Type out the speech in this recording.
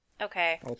Okay